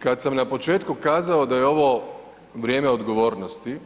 Kad sam na početku kazao da je ovo vrijeme odgovornosti,